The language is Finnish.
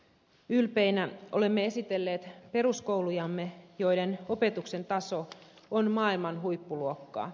ylpeinä olemme esitelleet peruskoulujamme joiden opetuksen taso on maailman huippuluokkaa